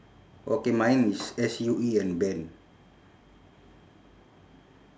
okay mine is S U E and ben